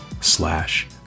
slash